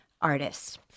artists